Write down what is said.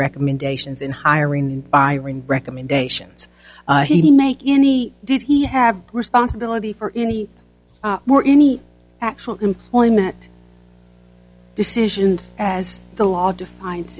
recommendations in hiring and firing recommendations he make any did he have responsibility for more any actual employment decisions as the law define